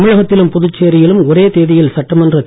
தமிழகத்திலும் புதுச்சேரியிலும் ஒரே தேதியில் சட்டமன்றத்